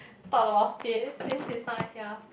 talk about this since he is not here